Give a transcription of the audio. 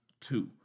two